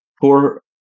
poor